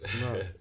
No